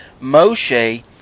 Moshe